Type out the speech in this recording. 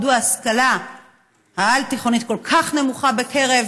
מדוע ההשכלה העל-תיכונית כל כך נמוכה בקרב